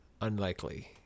unlikely